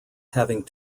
having